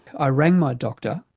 i rang my doctor.